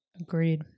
Agreed